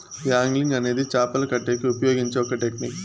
angling అనేది చాపలు పట్టేకి ఉపయోగించే ఒక టెక్నిక్